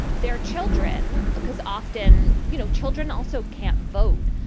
they're children because often, you know, children also can't vote,